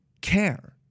care